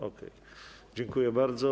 Okej, dziękuję bardzo.